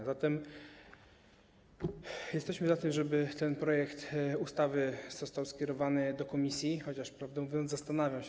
A zatem jesteśmy za tym, żeby ten projekt ustawy został skierowany do komisji, chociaż, prawdę mówiąc, zastanawiam się.